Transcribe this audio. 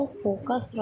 focus